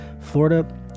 Florida